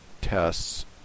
tests